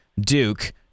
Duke